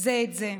זה את זה.